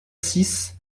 six